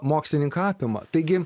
mokslininką apima taigi